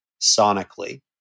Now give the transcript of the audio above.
sonically